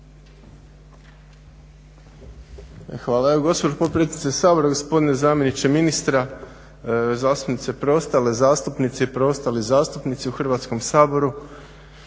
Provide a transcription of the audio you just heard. Hvala. Evo gospođo potpredsjednice Sabora, gospodine zamjeniče ministra, preostale zastupnice i preostali zastupnici u Hrvatskom saboru.